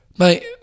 Mate